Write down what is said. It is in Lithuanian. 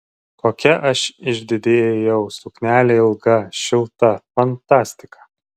kokia aš išdidi ėjau suknelė ilga šilta fantastika